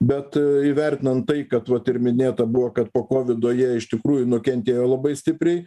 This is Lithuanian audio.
bet įvertinant tai kad vat ir minėta buvo kad po kovido jie iš tikrųjų nukentėjo labai stipriai